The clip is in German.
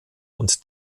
und